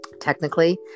Technically